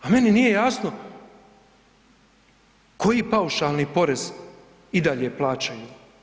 A meni nije jasno, koji paušalni porez i dalje plaćaju?